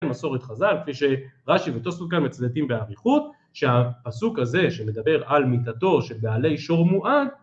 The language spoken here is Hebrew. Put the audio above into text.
מסורת חזל כפי שרשי ותוספות כאן מצדדים באריכות שהפסוק הזה שמדבר על מיתתו של בעלי שור מועד